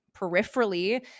peripherally